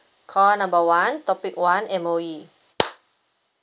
call number one topic one M_O_E